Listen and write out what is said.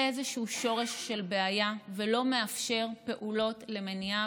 איזשהו שורש לבעיה ולא מאפשר פעולות למניעה,